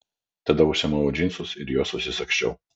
tada užsimoviau džinsus ir juos susisagsčiau